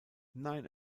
nine